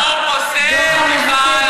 הפוסל במומו פוסל, מיכל.